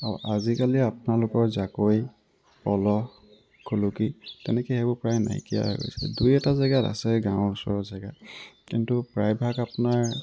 আৰু আজিকালি আপোনালোকৰ জাকৈ পল খুলুকী তেনেকে সেইবোৰ প্ৰায় নাইকিয়া হৈ গৈছে দুই এটা জেগাত আছে গাঁৱৰ ওচৰৰ জেগাত কিন্তু প্ৰায়ভাগ আপোনাৰ